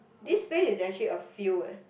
this place is actually a field eh